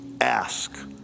Ask